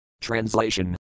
Translation